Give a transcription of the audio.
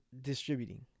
distributing